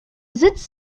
sitz